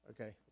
okay